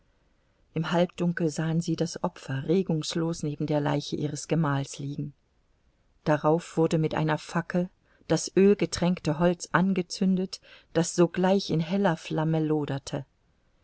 im halbdunkel sahen sie das opfer regungslos neben der leiche ihres gemahls liegen darauf wurde mit einer fackel das ölgetränkte holz angezündet das sogleich in heller flamme loderte